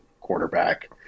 quarterback